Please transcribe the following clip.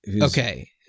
Okay